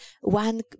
One